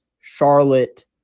Charlotte